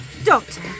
Doctor